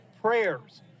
prayers